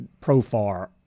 Profar